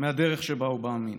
מהדרך שבה הוא מאמין.